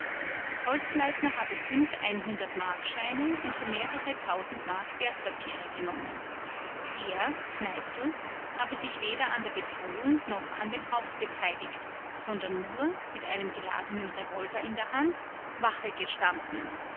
holzleitner habe fünf einhundertmarkscheine und für mehrere tausend mark wertpapiere genommen er kneißl habe sich weder an der bedrohung noch an dem raub beteiligt sondern nur mit einem geladenen revolver in der hand wache gestanden